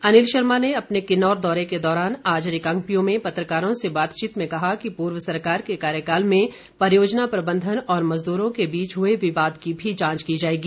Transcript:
अनिल शर्मा ने अपने किन्नौर दौरे के दौरान आज रिकांगपिओ में पत्रकारों से बातचीत में कहा कि पूर्व सरकार के कार्यकाल में परियोजना प्रबंधन और मजदूरों के बीच हुए विवाद की भी जांच की जाएगी